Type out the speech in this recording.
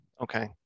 okay